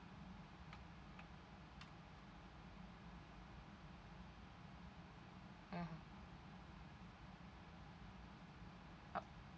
mmhmm oh